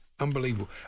Unbelievable